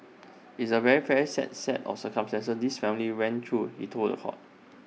IT is A very fad sad set of circumstances this family went through he told was hot